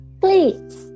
please